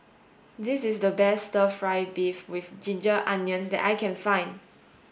this is the best stir fry beef with ginger onion that I can find